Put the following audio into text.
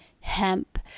hemp